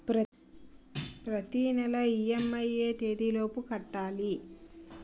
ప్రతినెల ఇ.ఎం.ఐ ఎ తేదీ లోపు కట్టాలి?